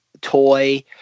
toy